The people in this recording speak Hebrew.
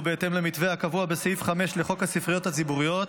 בהתאם למתווה הקבוע בסעיף 5 לחוק הספריות הציבוריות,